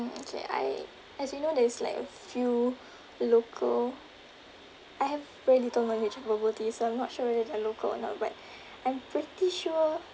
okay I as you know there's like a few local I have very little knowledge of bubble teas so I'm not sure whether they're local or not but I'm pretty sure